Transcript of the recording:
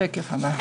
בשקף הזה,